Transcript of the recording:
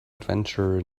adventure